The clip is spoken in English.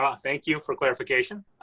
ah thank you for clarification.